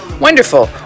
Wonderful